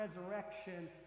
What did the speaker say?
resurrection